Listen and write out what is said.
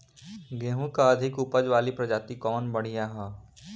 गेहूँ क अधिक ऊपज वाली प्रजाति कवन बढ़ियां ह?